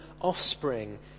offspring